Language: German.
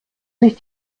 sich